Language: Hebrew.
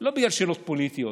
לא בגלל שאלות פוליטיות,